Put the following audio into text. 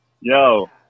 Yo